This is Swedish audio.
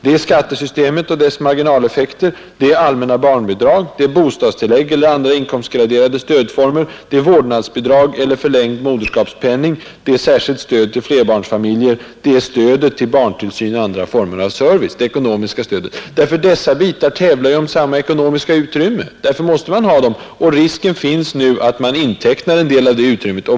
Det är skattesystemet och dess marginaleffekter, det är allmänna barnbidragen, det är bostadstilläggen eller andra inkomstgraderade stödformer, det är vårdnadsbidrag eller förlängd moderskapspenning, det är särskilt stöd till flerbarnsfamiljer, det är det ekonomiska stödet till barntillsyn och andra former av service. Dessa bitar tävlar ju om samma ekonomiska utrymme. Därför måste man ha dem med. Risken finns annars att man intecknar en del av det utrymmet.